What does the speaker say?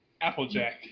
Applejack